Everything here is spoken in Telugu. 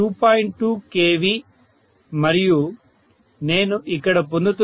2 KV మరియు నేను ఇక్కడ పొందుతున్నది 2